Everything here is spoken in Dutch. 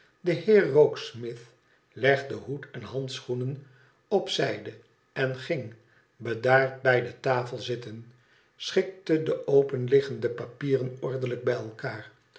de heer rokesmith legde hoed en handschoenen op zijde en ging bedaard bij de tafel zitten schikte de openliggende papieren ordelijk bij elkaar